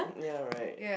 ya right